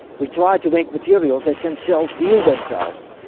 we try to make materials that can self-heal themselves.